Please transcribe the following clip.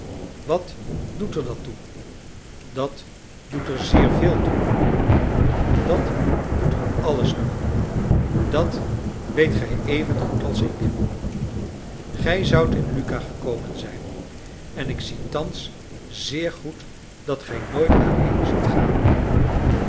wat doet er dat toe dat doet er zeer veel toe dat doet er alles toe dat weet gij evengoed als ik gij zoudt in lucca gekomen zijn en ik zie thans zeer goed dat gij nooit daarheen zult gaan en